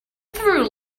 through